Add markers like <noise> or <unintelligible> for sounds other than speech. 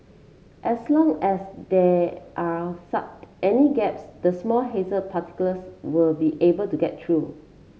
as long as there are <unintelligible> any gaps the small haze particles were be able to get through